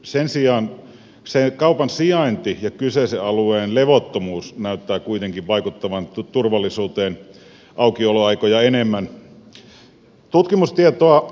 sen sijaan se kaupan sijainti ja kyseisen alueen levottomuus näyttää kuitenkin vaikuttavan turvallisuuteen aukioloaikoja enemmän